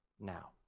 now